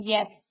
Yes